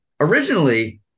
originally